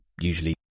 usually